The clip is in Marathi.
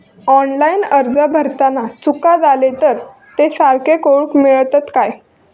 ऑनलाइन अर्ज भरताना चुका जाले तर ते सारके करुक मेळतत काय?